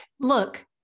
Look